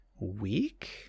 week